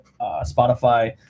Spotify